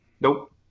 Nope